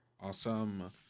Awesome